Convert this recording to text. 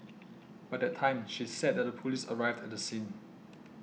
by that time she said that the police arrived at the scene